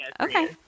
Okay